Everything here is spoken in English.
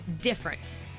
different